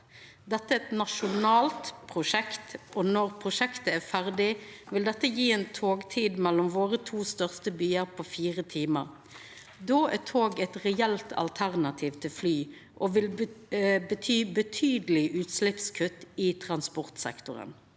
Dette er eit nasjonalt prosjekt, og når det er ferdig, vil det gje ei togreisetid mellom dei to største byane våre på fire timar. Då er tog eit reelt alternativ til fly, og det vil bety betydelege utsleppskutt i transportsektoren.